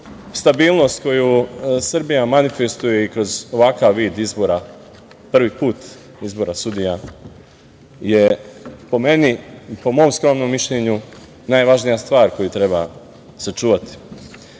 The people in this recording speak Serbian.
stabilnost koju Srbija manifestuje i kroz ovakav vid izbora, prvi put kod izbora sudija je po mom skromnom mišljenju najvažnija stvar koju treba sačuvati. Kada